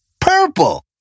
purple